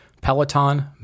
Peloton